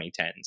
2010s